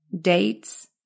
dates